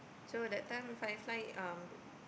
so that time Firefly um